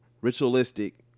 ritualistic